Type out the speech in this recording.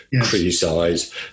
criticize